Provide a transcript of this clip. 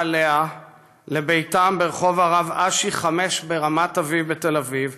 לאה לביתם ברחוב הרב אשי 5 ברמת אביב בתל אביב,